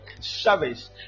service